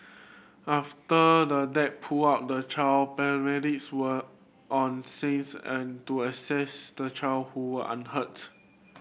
after the dad pulled out the child paramedics were on scenes and to assess the child who were unhurts